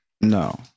No